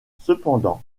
cependant